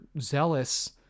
zealous